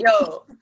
yo